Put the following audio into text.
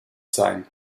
sein